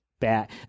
bad